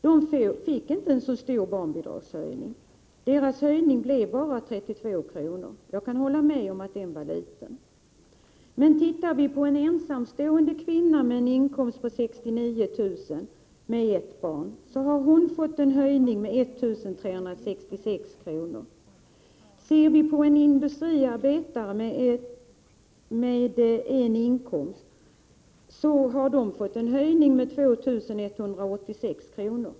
De fick inte en så stor barnbidragshöjning — den blev bara 32 kr., som jag kan hålla med om är lite. Om vi tar en ensamstående kvinna med en inkomst på 69 000 kr. med ett barn finner vi att hon har fått en barnbidragshöjning på 1366 kr. En industriarbetarfamilj med en inkomst har fått en höjning med 2 186 kr.